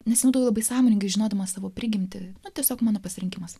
nes imtų labai sąmoningai žinodamas savo prigimtį o tiesiog mano pasirinkimas